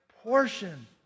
portion